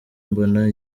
mbona